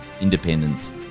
independence